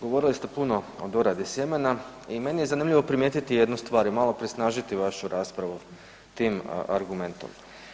Govorili ste puno o doradi sjemena i meni je zanimljivo primijetiti jednu stvar i malo prisnažiti vašu raspravu tim argumentom.